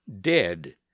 dead